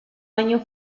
año